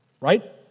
right